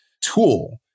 tool